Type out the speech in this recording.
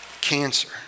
cancer